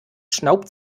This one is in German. schnaubt